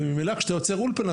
וממילא כשאתה יוצר אולפנא,